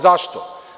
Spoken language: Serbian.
Zašto?